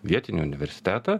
vietinį universitetą